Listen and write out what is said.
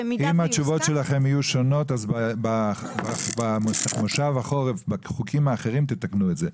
אם התשובות שלכם יהיו שונות אז במושב החורף בחוקים האחרים תתקנו את זה.